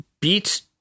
beat